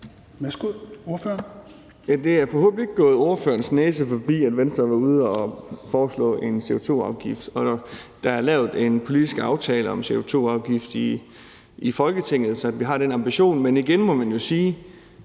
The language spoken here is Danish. Det er forhåbentlig ikke gået spørgerens næse forbi, at Venstre har været ude at foreslå en CO2-afgift, og at der er lavet en politisk aftale om en CO2-afgift i Folketinget – at vi har den ambition. Men igen må man jo sige,